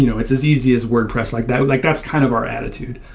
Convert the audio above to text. you know it's as easy as wordpress. like that's like that's kind of our attitude.